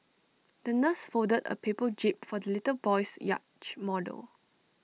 the nurse folded A paper jib for the little boy's yacht model